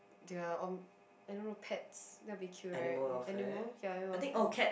their own animal pets that would be cute right animals ya